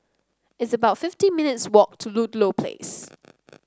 it's about fifty minutes' walk to Ludlow Place